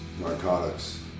narcotics